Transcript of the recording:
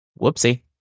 Whoopsie